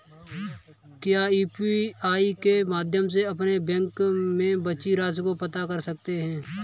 क्या यू.पी.आई के माध्यम से अपने बैंक में बची राशि को पता कर सकते हैं?